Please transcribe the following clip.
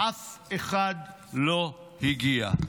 אף אחד לא הגיע.